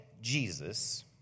Jesus